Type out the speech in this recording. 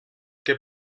que